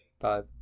Five